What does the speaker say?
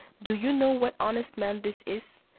do you know what honest man this is,